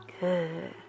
Good